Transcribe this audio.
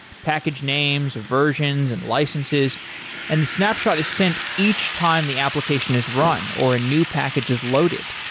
package names, versions and licenses and the snapshot is sent each time the application is run, or a new package is loaded,